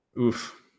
Oof